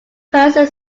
person